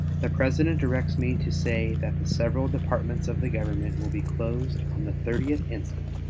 the president directs me to say that the several departments of the government will be closed on the thirtieth instant,